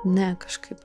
ne kažkaip